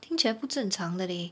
听起来不正常的 leh